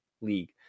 league